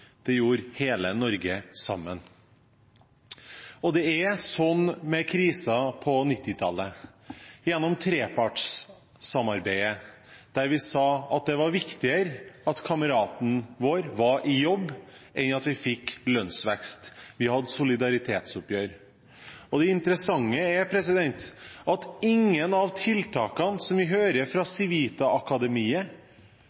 Det gjorde hele Norge sammen. Det er som med krisen på 1990-tallet, gjennom trepartssamarbeidet, der vi sa at det var viktigere at kameraten vår var i jobb enn at vi fikk lønnsvekst. Vi hadde solidaritetsoppgjør. Det interessante er at ingen av tiltakene vi hører fra